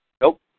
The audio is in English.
Nope